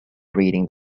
reading